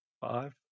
Five